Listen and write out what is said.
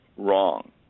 wrong